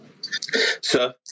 Sir